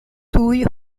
tuj